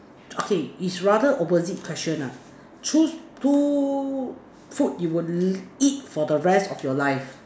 okay it's rather opposite questions ah choose two food you would eat for the rest of your life